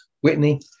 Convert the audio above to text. Whitney